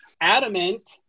adamant